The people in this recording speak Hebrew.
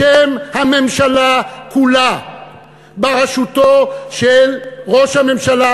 בשם הממשלה כולה בראשותו של ראש הממשלה,